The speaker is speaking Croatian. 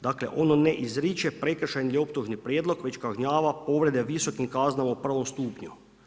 Dakle, ono ne izriče prekršajni ili optužni prijedlog već kažnjava povrede o visokim kaznama u prvom stupnju.